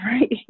right